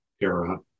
era